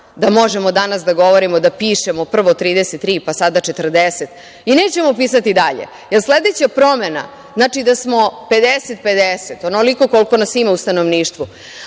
da možemo danas da govorimo, da pišemo, prvo 33, pa sada 40. I nećemo pisati dalje, jer sledeća promena, znači da smo 50 - 50, onoliko koliko nas ima u stanovništvu,